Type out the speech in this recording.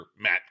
Matt